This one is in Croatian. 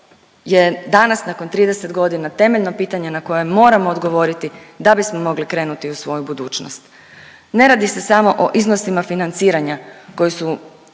je danas nakon 30 godina temeljno pitanje na koje moramo odgovoriti da bismo mogli krenuti u svoju budućnost. Ne radi se samo o iznosima financiranja koji su